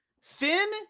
Finn